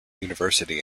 university